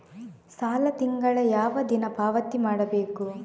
ಸಾಲ ತಿಂಗಳ ಯಾವ ದಿನ ಪಾವತಿ ಮಾಡಬೇಕು?